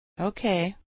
okay